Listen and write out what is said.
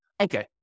Okay